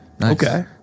Okay